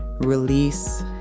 release